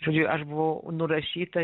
žodžiu aš buvau nurašyta